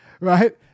right